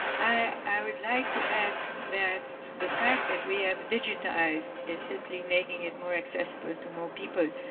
i would like to add that the fact that we have digitized is simply making it more accessible to more people.